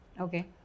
okay